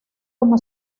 como